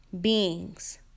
beings